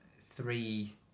three